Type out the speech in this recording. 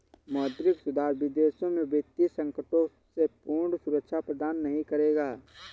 मौद्रिक सुधार विदेशों में वित्तीय संकटों से पूर्ण सुरक्षा प्रदान नहीं करेगा